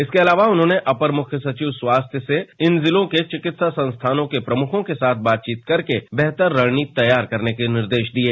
इसके अलावा उन्होंने अपर मुख्य सचिव स्वास्थ्य से इन जिलों के चिकित्सा संस्थानों के प्रमुखों के साथ बातचीत करके बेहतर रणनीति तैयार करने के निर्देश दिये